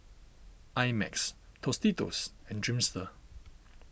I Max Tostitos and Dreamster